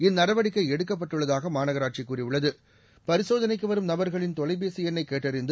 இந்நடவடிக்கை எடுக்கப்பட்டுள்ளதாக மாநகராட்சி கூறியுள்ளது பரிசோதனைக்கு வரும் நபர்களின் தொலைபேசி எண்ணை கேட்டறிந்து